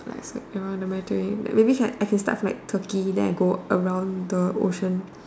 like somewhere around the Mediterranean maybe I can I can start with Turkey then I can go around the ocean